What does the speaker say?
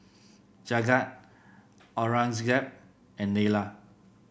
Jagat Aurangzeb and Neila